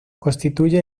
constituye